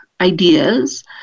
ideas